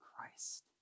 Christ